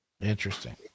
Interesting